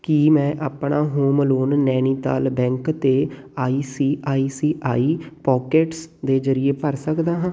ਕੀ ਮੈਂ ਆਪਣਾ home loan Nainital bank ਅਤੇ I C I C I Pockets ਦੇ ਜਰੀਏ ਭਰ ਸਕਦਾ ਹਾਂ